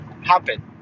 happen